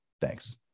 thanks